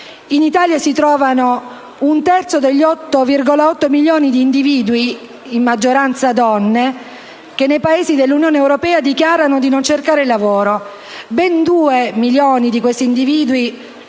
In Italia si trova un terzo degli 8,8 milioni di individui (in maggioranza donne) che nei Paesi dell'Unione europea dichiarano di non cercare lavoro. Ben 2 milioni di questi individui